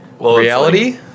Reality